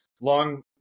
long